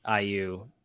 IU